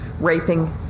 raping